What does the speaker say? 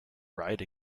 ride